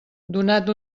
donat